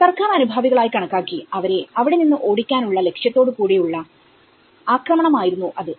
സർക്കാർ അനുഭാവികൾ ആയി കണക്കാക്കി അവരെ അവിടെ നിന്ന് ഓടിക്കാനുള്ള ലക്ഷ്യത്തോടുകൂടി ഉള്ള ആക്രമണമായിരുന്നു അത്